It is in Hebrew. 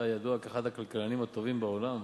אתה ידוע כאחד הכלכלנים הטובים בעולם.